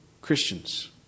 Christians